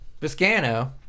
Viscano